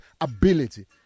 ability